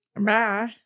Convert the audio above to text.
Bye